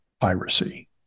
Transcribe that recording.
piracy